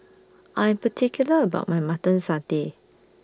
I'm particular about My Mutton Satay